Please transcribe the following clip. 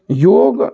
योग